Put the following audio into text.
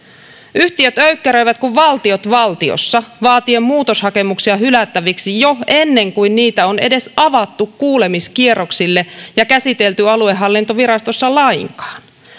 yhtiöt öykkäröivät kuin valtiot valtiossa vaatien muutoshakemuksia hylättäviksi jo ennen kuin niitä on edes avattu kuulemiskierroksille ja käsitelty aluehallintovirastossa lainkaan